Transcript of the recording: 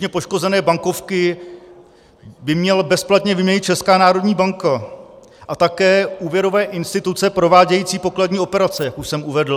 Běžně poškozené bankovky by měla bezplatně vyměnit Česká národní banka a také úvěrové instituce provádějící pokladní operace, jak už jsem uvedl.